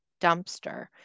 dumpster